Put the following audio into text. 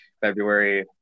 February